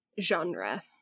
genre